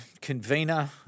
convener